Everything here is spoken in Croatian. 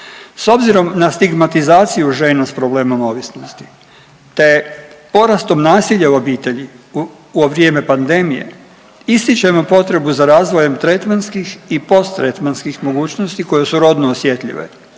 S obzirom na stigmatizaciju žena s problemom ovisnosti, te porastom nasilja u obitelji u vrijeme pandemije ističemo potrebu za razvojem tretmanskih i post tretmanskih mogućnosti koje su rodno osjetljive,